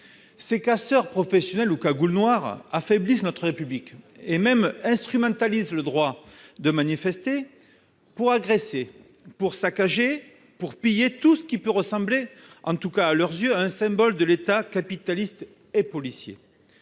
Ces casseurs professionnels ou « cagoules noires » affaiblissent notre République. Ils instrumentalisent le droit de manifester pour agresser, pour saccager, pour piller tout ce qui peut ressembler, à leurs yeux, à un symbole de l'État « capitaliste et policier